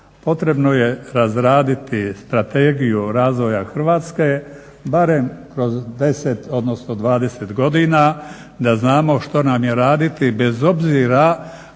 Potrebno je razraditi strategiju razvoja Hrvatske barem kroz 10, odnosno 20 godina da znamo što nam je raditi bez obzira